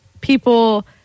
people